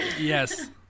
Yes